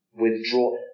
withdraw